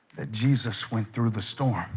that jesus went through the storm